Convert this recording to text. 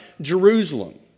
Jerusalem